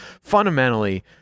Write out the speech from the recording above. Fundamentally